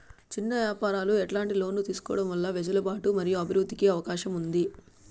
చిన్న వ్యాపారాలు ఎట్లాంటి లోన్లు తీసుకోవడం వల్ల వెసులుబాటు మరియు అభివృద్ధి కి అవకాశం ఉంది?